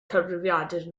cyfrifiadur